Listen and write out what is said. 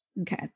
Okay